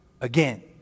Again